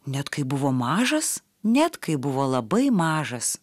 net kai buvo mažas net kai buvo labai mažas